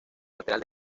lateral